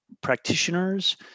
practitioners